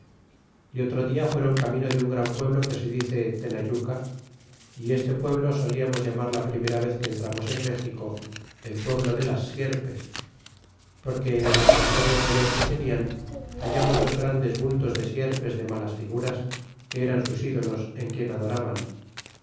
y otro dia fueron camino de un gran pueblo que se dice tenayuca y este pueblo solimos llamar la primera vez que entramos en méxico el pueblo de las sierpes porque en el adoratorio mayor que tenian hallamos dos grandes bid tos de sierpes de malas figuras que eran sus idolos en quien adoraban